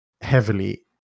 heavily